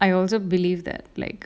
I also believe that like